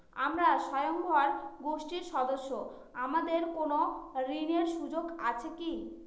আমরা স্বয়ম্ভর গোষ্ঠীর সদস্য আমাদের কোন ঋণের সুযোগ আছে কি?